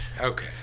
Okay